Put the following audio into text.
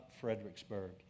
Fredericksburg